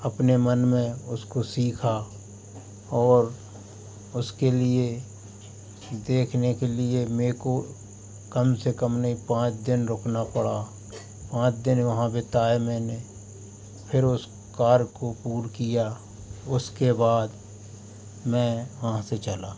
अपने मन में उसको सीखा और उसके लिए देखने के लिए मे को कम से कम नहीं पाँच दिन रुकना पड़ा पाँच दिन वहाँ बिताए मैंने फिर उस कार को पूरा किया उसके बाद मैं वहाँ से चला